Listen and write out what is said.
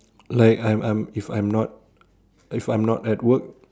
like I'm I'm if I'm not if I'm not at work